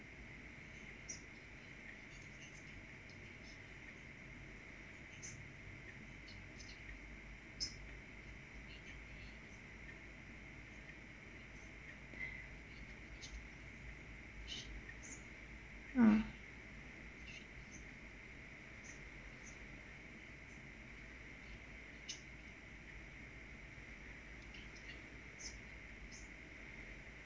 oh